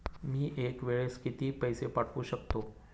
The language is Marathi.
मी एका वेळेस किती पैसे पाठवू शकतो?